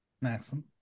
Maxim